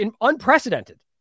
unprecedented